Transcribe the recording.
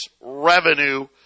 revenue